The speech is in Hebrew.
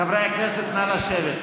חברי הכנסת, נא לשבת.